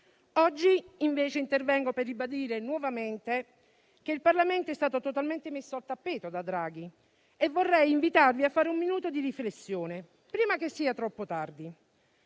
Oggi, invece, intervengo per ribadire nuovamente che il Parlamento è stato totalmente messo al tappeto da Draghi e vorrei invitarvi a fare un minuto di riflessione, prima che sia troppo tardi.